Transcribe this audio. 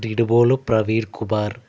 Nidivolu Praveen Kumar